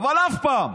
אבל אף פעם.